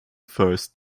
first